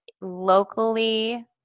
locally